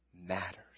matters